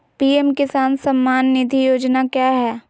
PM किसान सम्मान निधि योजना क्या है?